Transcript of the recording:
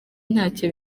ntacyo